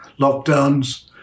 lockdowns